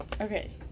Okay